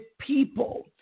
people